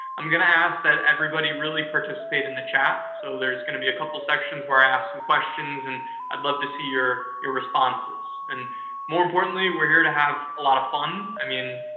i'm going to ask that everybody really participate in the chat. so, there's going to be a couple sections where i ask some questions, and i'd love to see your your responses. and more importantly, we're here to have a lot of fun. i mean,